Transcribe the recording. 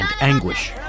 anguish